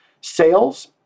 sales